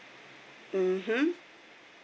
mmhmm